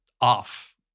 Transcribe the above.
off